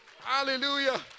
Hallelujah